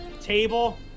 table